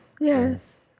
Yes